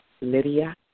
Lydia